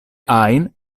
ajn